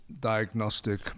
diagnostic